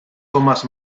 thomas